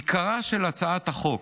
עיקרה של הצעת החוק